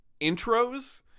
intros